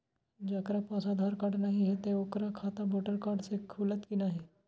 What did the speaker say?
जकरा पास आधार कार्ड नहीं हेते ओकर खाता वोटर कार्ड से खुलत कि नहीं?